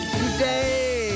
today